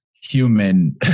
human